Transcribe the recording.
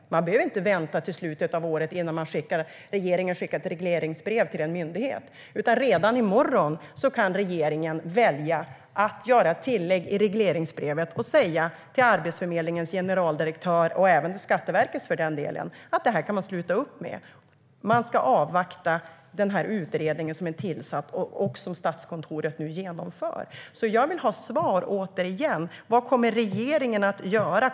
Regeringen behöver alltså inte vänta till i slutet av året innan man skickar ett regleringsbrev till en myndighet, utan redan i morgon kan regeringen välja att göra ett tillägg i regleringsbrevet och säga till Arbetsförmedlingens generaldirektör, och även till Skatteverkets generaldirektör för den delen, att det här kan man sluta upp med för att i stället avvakta den utredning som är tillsatt och som Statskontoret nu genomför. Jag vill återigen ha svar på mina frågor. Vad kommer regeringen att göra?